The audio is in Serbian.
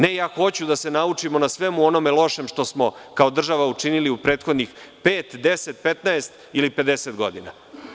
Ne, ja hoću da se naučimo na svemu onome lošem što smo kao država učinili u prethodnih pet, 10, 15 ili 50 godina.